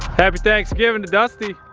happy thanksgiving to dusty.